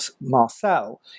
Marcel